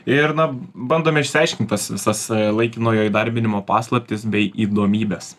ir na bandome išsiaiškint tas visas laikinojo įdarbinimo paslaptis bei įdomybes